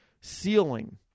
ceiling